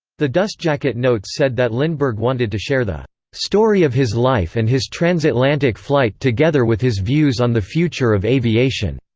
the dustjacket notes said that lindbergh wanted to share the story of his life and his transatlantic flight together with his views on the future of aviation,